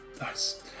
Nice